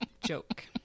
joke